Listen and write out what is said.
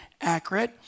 accurate